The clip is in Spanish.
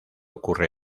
ocurre